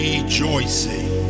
Rejoicing